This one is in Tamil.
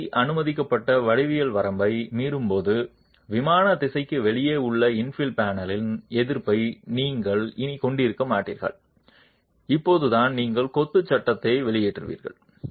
இடைவெளி அனுமதிக்கப்பட்ட வடிவியல் வரம்பை மீறும் போது விமான திசைக்கு வெளியே உள்ள இன்ஃபில் பேனலின் எதிர்ப்பை நீங்கள் இனி கொண்டிருக்க மாட்டீர்கள் அப்போதுதான் நீங்கள் கொத்து சட்டத்தை வெளியேற்றுவீர்கள்